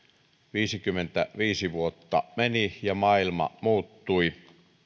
viisikymmentäviisi vuotta meni ja maailma muuttui